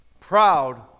proud